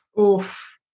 Oof